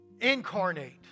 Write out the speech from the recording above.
Incarnate